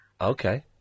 Okay